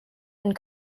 and